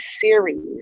series